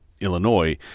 Illinois